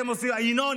ינון,